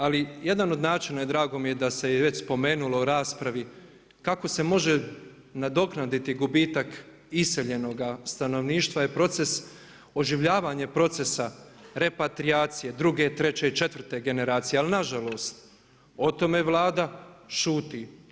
Ali, jedan od načina i drago mi je da se je već spomenulo u raspravi, kako se može nadoknaditi gubitak iseljenoga stanovništva je oživljavanje procesa repatrijacije, druge, treće i četvrte generacije ali nažalost o tome Vlada šuti.